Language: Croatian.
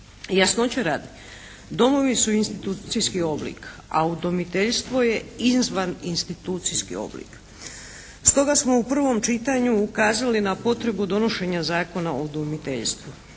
Jasnoće radi, domovi su institucijski oblik, a udomiteljstvo je izvan institucijski oblik. Stoga smo u prvom čitanju ukazali na potrebu donošenja Zakona o udomiteljstvu.